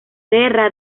guerra